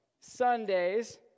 Sundays